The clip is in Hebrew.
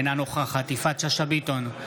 אינה נוכחת יפעת שאשא ביטון,